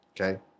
Okay